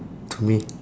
to me